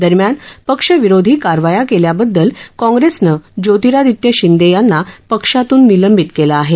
दरम्यान पक्षविरोधी कारवाया केल्याबद्दल काँग्रेसनं ज्योतिरादित्य शिंदे यांना पक्षातून निलंबित केलं आहे